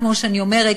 כמו שאני אומרת,